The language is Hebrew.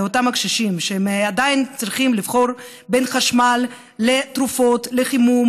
לאותם קשישים שעדיין צריכים לבחור בין חשמל לתרופות לחימום,